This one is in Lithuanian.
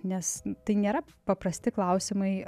nes tai nėra paprasti klausimai